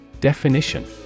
Definition